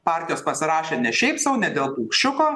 partijos pasirašė ne šiaip sau ne dėl paukščiuko